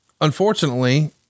Unfortunately